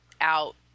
out